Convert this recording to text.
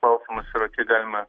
klausimas yra kiek galima